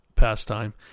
pastime